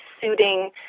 suiting